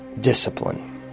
discipline